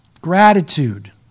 Gratitude